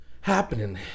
happening